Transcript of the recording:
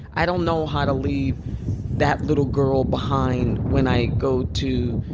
i don't know how to leave that little girl behind when i go to,